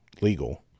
legal